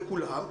לכן,